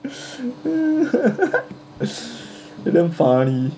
damn funny